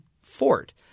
fort